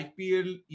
ipl